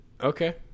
Okay